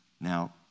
Now